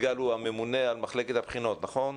הממונה על מחלקת הבחינות, נכון?